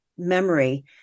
memory